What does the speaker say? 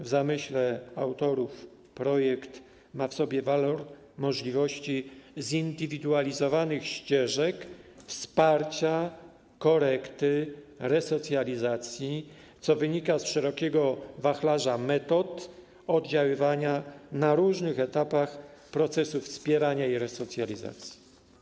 W zamyśle autorów projekt ma w sobie walor możliwości zindywidualizowanych ścieżek wsparcia, korekty, resocjalizacji, co wynika z szerokiego wachlarza metod oddziaływania na różnych etapach procesu wspierania i resocjalizacji.